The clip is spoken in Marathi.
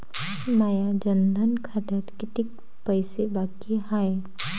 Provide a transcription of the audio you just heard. माया जनधन खात्यात कितीक पैसे बाकी हाय?